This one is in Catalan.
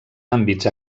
àmbits